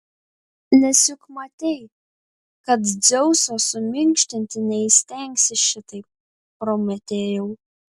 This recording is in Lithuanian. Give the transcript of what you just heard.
nes juk matei kad dzeuso suminkštinti neįstengsi šitaip prometėjau